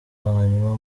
hanyuma